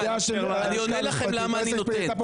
אני אומר לך למה אני נותן.